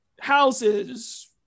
houses